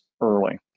early